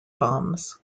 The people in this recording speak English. bombs